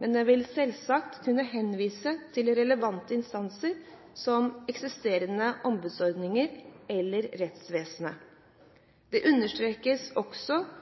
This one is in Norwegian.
men den vil selvsagt kunne henvise til relevante instanser, som eksisterende ombudsmannsordninger eller rettsvesenet. Det understrekes også